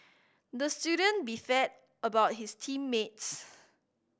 the student about his team mates